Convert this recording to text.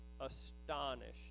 astonished